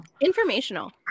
informational